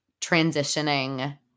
transitioning